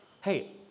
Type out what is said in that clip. hey